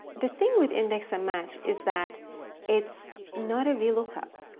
the thing with index and match is that it's not a vlookup,